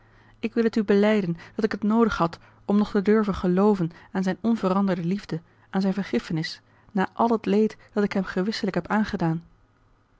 ik wil het u belijden dat ik het noodig had om nog te durven gelooven aan zijne onveranderde liefde aan zijne vergiffenis na al het leed dat ik hem gewisselijk heb aangedaan